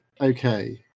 okay